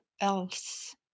else